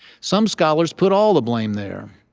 some scholars put all the blame there.